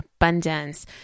abundance